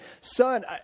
Son